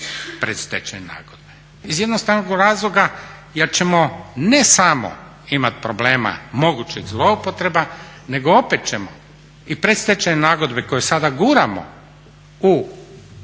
predstečajne nagodbe iz jednostavnog razloga jer ćemo ne samo imati problema mogućih zloupotreba, nego opet ćemo i predstečajne nagodbe koje sada guramo u